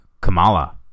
Kamala